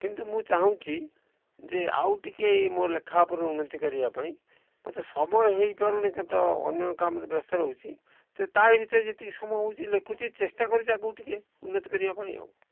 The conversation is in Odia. କିନ୍ତୁ ମୁଁ ଚାହୁଁଛି ଯେ ଆଉ ଟିକେ ମୋ ଲେଖା ଉପରେ ଉନ୍ନତି କରିବା ପାଇଁ ମୋତେ ସମୟ ହେଇପାରୁନି ତ ଅନ୍ୟ କାମରେ ବ୍ୟସ୍ତ ରହୁଛି ତ ତାରି ଭିତରେ ଯେତିକି ସମୟ ହେଉଛି ଲେଖୁଛି ଚେଷ୍ଟା କରୁଛି ଆଗକୁ ଟିକେ ଉନ୍ନତି କରିବା ପାଇଁ ଆଉ